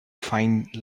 find